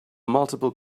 multiple